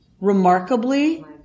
Remarkably